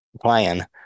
plan